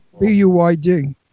B-U-Y-D